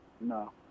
No